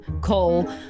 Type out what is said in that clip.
Cole